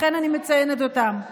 לכן אני מציינת אותם.